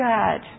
God